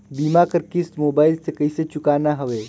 बीमा कर किस्त मोबाइल से कइसे चुकाना हवे